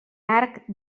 arc